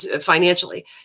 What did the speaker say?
financially